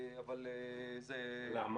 אבל זה --- למה?